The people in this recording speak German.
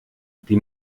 die